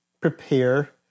prepare